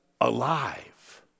alive